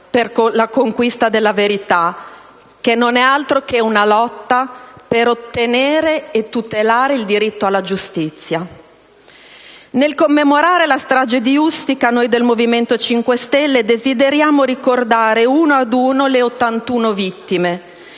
per la conquista della verità. Ciò non è altro che una lotta per ottenere e tutelare il diritto alla giustizia. Nel commemorare la strage di Ustica, noi del Movimento 5 Stelle desideriamo ricordare una ad una le 81 vittime,